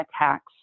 attacks